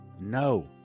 no